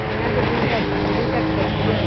ਮੈਂ ਤਾਂ ਬੀਟਾ ਬੀਟੈਕ ਸੋਚੀ ਹੈ